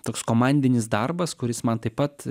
toks komandinis darbas kuris man taip pat